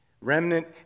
remnant